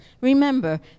Remember